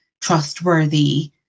trustworthy